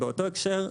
באותו הקשר,